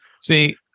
See